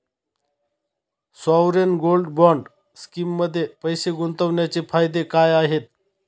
Sovereign gold bond स्कीममध्ये पैसे गुंतवण्याचे फायदे काय आहेत?